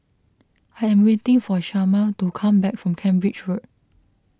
I am waiting for Shamar to come back from Cambridge Road